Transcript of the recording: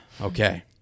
okay